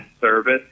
service